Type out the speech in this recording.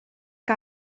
que